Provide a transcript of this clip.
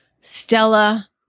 Stella